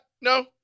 No